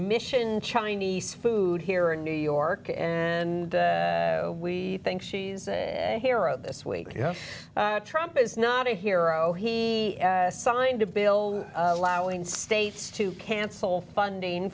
mission chinese food here in new york and we think she's a hero this week and trump is not a hero he signed a bill allowing states to cancel funding